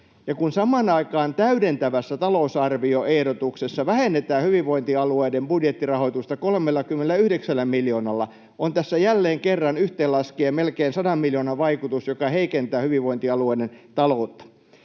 Ja kun samaan aikaan täydentävässä talousarvioehdotuksessa vähennetään hyvinvointialueiden budjettirahoitusta 39 miljoonalla, on tässä jälleen kerran yhteen laskien melkein 100 miljoonan vaikutus, joka heikentää hyvinvointialueiden taloutta.